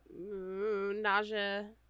Nausea